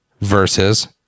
versus